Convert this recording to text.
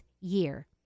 year